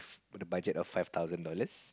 but the budget of five thousand dollars